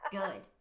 good